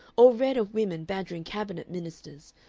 or read of women badgering cabinet ministers,